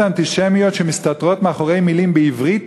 אנטישמיות שמסתתרות מאחורי מילים בעברית,